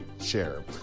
share